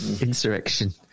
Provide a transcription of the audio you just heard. Insurrection